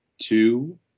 two